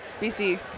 BC